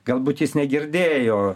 galbūt jis negirdėjo